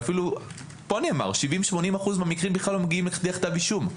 ואפילו פה נאמר 80%-70% מהמקרים בכלל לא מגיעים לכדי כתב אישום,